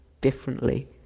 differently